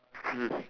mm